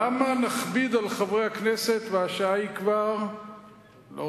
למה נכביד על חברי הכנסת, והשעה היא כבר 18:00?